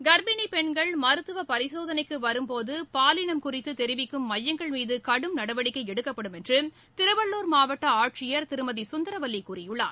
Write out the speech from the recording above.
கர்ப்பிணிப் பெண்கள் மருத்துவ பரிசோதனைக்கு வரும் போது பாலினம் குறித்து தெரிவிக்கும் மையங்கள் மீது கடும் நடவடிக்கை எடுக்கப்படும் என்று திருவள்ளுர் மாவட்ட ஆட்சியர் திரும்தி சுந்தரவல்லி கூறியுள்ளார்